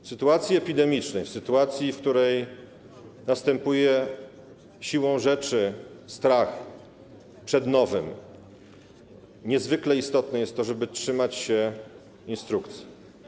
W sytuacji epidemicznej, w sytuacji, w której następuje siłą rzeczy strach przed nowym, niezwykle istotne jest to, żeby trzymać się instrukcji.